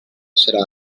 serà